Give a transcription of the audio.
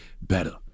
better